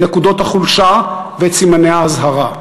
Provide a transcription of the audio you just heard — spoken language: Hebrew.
את נקודות החולשה ואת סימני האזהרה.